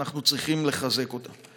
ואנחנו צריכים לחזק אותה.